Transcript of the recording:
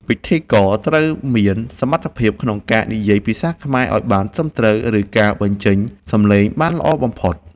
ពិធីករត្រូវមានសមត្ថភាពក្នុងការនិយាយភាសាខ្មែរឱ្យបានត្រឹមត្រូវ ឬ ការបញ្ចេញសម្លេងបានល្អបំផុត។